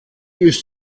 ist